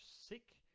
sick